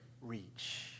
reach